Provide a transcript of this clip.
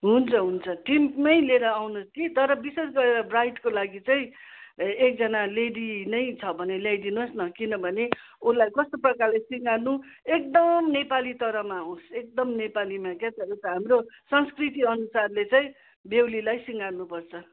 हुन्छ हुन्छ टिम नै लिएर आउनु होस् कि तर विशेष गरेर ब्राइडको लागि चाहिँ एकजना लेडी नै छ भने ल्याइदिनु होस् किनभने उसलाई कस्तो प्रकारले सिँगार्नु एकदम नेपाली तौरमा होस् एकदम नेपालीमा क्या त हाम्रो संस्कृति अनुसारले चाहिँ बेहुलीलाई सिंगार्नु पर्छ